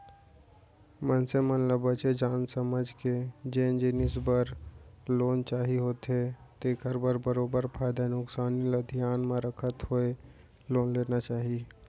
मनसे मन ल बने जान समझ के जेन जिनिस बर लोन चाही होथे तेखर बर बरोबर फायदा नुकसानी ल धियान म रखत होय लोन लेना चाही